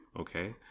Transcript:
Okay